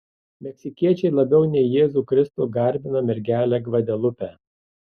meksikiečiai labiau nei jėzų kristų garbina mergelę gvadelupę